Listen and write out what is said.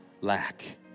lack